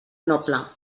noble